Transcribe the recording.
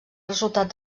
resultat